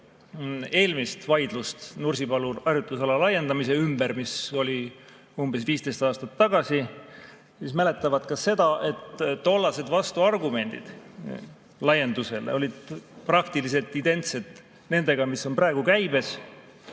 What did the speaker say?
eelmist vaidlust Nursipalu harjutusala laiendamise ümber, mis oli umbes 15 aastat tagasi, mäletavad ka seda, et tollased vastuargumendid laiendusele olid praktiliselt identsed nendega, mis on praegu käibes.